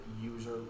user